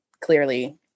clearly